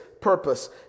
purpose